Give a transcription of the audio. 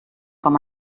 com